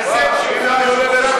ההישג שלנו,